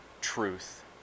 truth